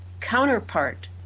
counterpart